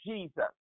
Jesus